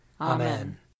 Amen